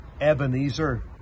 Ebenezer